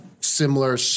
similar